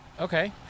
Okay